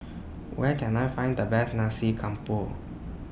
Where Can I Find The Best Nasi Campur